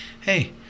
hey